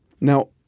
Now